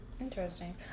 Interesting